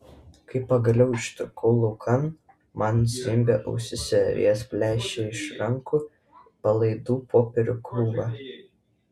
kai pagaliau ištrūkau laukan man zvimbė ausyse vėjas plėšė iš rankų palaidų popierių krūvą